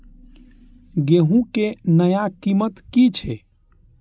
गेहूं के नया कीमत की छे?